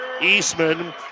Eastman